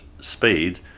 speed